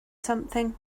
something